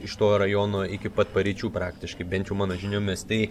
iš to rajono iki pat paryčių praktiškai bent jau mano žiniomis tai